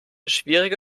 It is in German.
schwierige